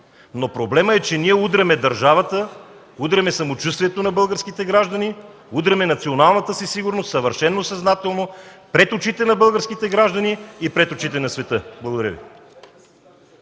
Но проблемът е, че ние удряме държавата, удряме самочувствието на българските граждани, удряме националната си сигурност съвършено съзнателно пред очите на българските граждани и пред очите на света. Благодаря Ви.